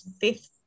fifth